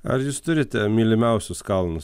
ar jūs turite mylimiausius kalnus